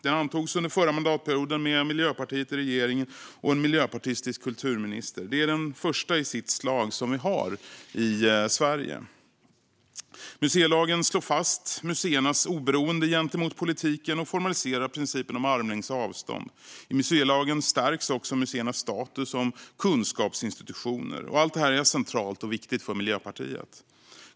Den antogs under förra mandatperioden med Miljöpartiet i regering och med en miljöpartistisk kulturminister. Det är den första i sitt slag som vi har i Sverige. Museilagen slår fast museernas oberoende gentemot politiken och formaliserar principen om armlängds avstånd. I museilagen stärks också museernas status som kunskapsinstitutioner. Allt det här är centralt och viktigt för Miljöpartiet.